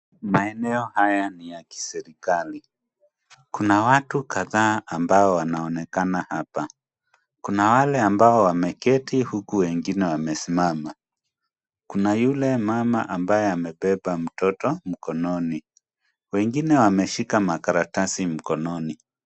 Maeneo haya ni ya kiserikali. Kuna watu kadha ambao wanaoonekana hapa, kuna wale ambao wameketi huku wengine wamesimama. Kuna yule mama ambaye amebeba mtoto mkononi. Wengine wameshika makaratasi mkononi.